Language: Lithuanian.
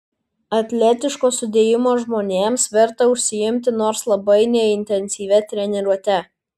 atletiško sudėjimo žmonėms verta užsiimti nors labai neintensyvia treniruote